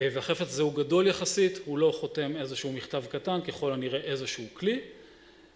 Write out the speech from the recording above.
והחפץ זהו גדול יחסית הוא לא חותם איזשהו מכתב קטן ככל הנראה איזשהו כלי